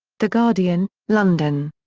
the guardian london.